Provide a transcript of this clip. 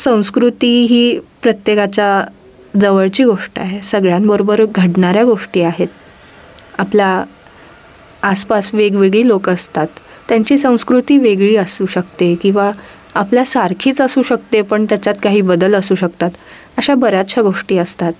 संस्कृती ही प्रत्येकाच्या जवळची गोष्ट आहे सगळ्यांबरोबर घडणाऱ्या गोष्टी आहेत आपल्या आसपास वेगवेगळी लोकं असतात त्यांची संस्कृती वेगळी असू शकते किंवा आपल्या सारखीच असू शकते पण त्याच्यात काही बदल असू शकतात अशा बऱ्याचशा गोष्टी असतात